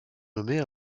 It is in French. nommée